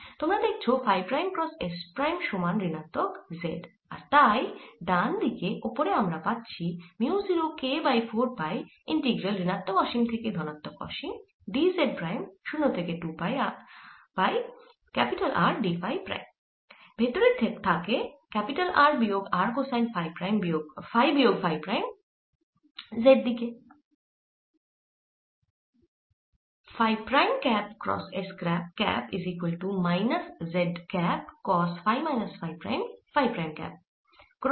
তোমরা দেখছ phi prime cross s prime সমান ঋণাত্মক z আর তাই ডান দিকে ওপরে আমরা পাচ্ছি mu 0 k by 4 pi integral ঋণাত্মক অসীম থেকে ধনাত্মক অসীম d z প্রাইম 0 থেকে 2 pi R d phi prime